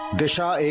disha.